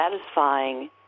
satisfying